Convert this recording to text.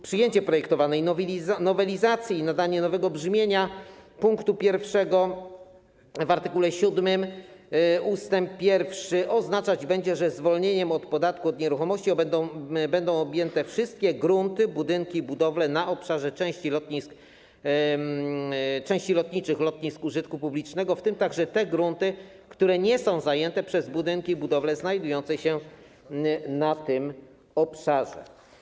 Przyjęcie projektowanej nowelizacji i nadanie nowego brzmienia pkt 1 w art. 7 ust. 1 oznaczać będzie, że zwolnieniem od podatku od nieruchomości będą objęte wszystkie grunty, budynki i budowle na obszarze części lotniczych lotnisk użytku publicznego, w tym także te grunty, które nie są zajęte przez budynki i budowle znajdujące się na tym obszarze.